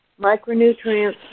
Micronutrients